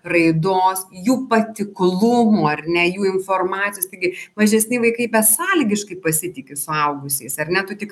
raidos jų patiklumų ar ne jų informacijos tigi mažesni vaikai besąlygiškai pasitiki suaugusiais ar ne tai tik